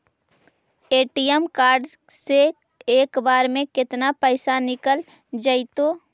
ATM card से एक बार में केतना पैसा निकल जइतै?